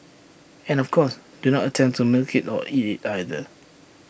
and of course do not attempt to milk IT or eat IT either